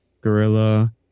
Gorilla